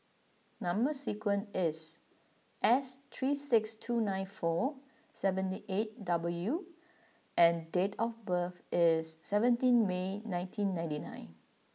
number sequence is S three six two nine four seven eight W and date of birth is seventeen May nineteen ninety nine